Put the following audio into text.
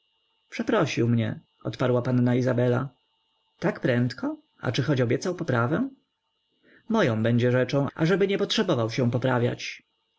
przeprosił mnie odparła panna izabela tak prędko a czy choć obiecał poprawę moją będzie rzeczą ażeby nie potrzebował się poprawiać